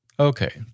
Okay